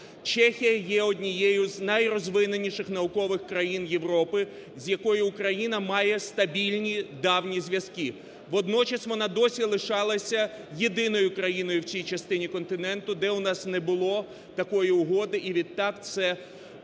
Чехія є однією з найрозвиненіших наукових країн Європи, з якою Україна має стабільні давні зв'язки. Водночас вона досі лишалася єдиною країною в тій частині континенту, де у нас не було такої угоди і відтак це